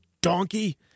donkey